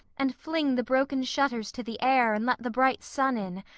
and fling the broken shutters to the air, and let the bright sun in,